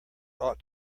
ought